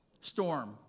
storm